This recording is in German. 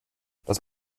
das